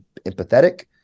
empathetic